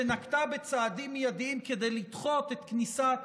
שנקטה צעדים מיידיים כדי לדחות את כניסת